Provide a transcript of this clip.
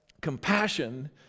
compassion